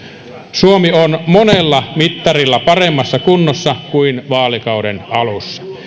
suomi on monella mittarilla paremmassa kunnossa kuin vaalikauden alussa